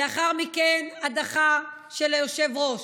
לאחר מכן הדחה של היושב-ראש,